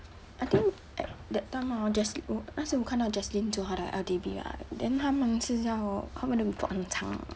I think like that time hor jeslyn uh last time 我看到 jeslyn 就他的 L_T_B right then :ta men hor 他们的 report 很长的